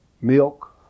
milk